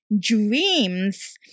dreams